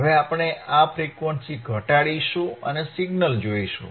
હવે આપણે આ ફ્રીક્વન્સી ઘટાડીશું અને સિગ્નલ જોઈશું